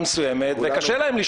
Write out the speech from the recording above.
אז?